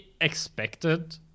expected